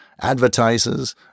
advertisers